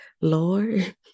lord